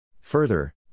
Further